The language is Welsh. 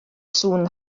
sŵn